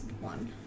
one